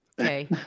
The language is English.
Okay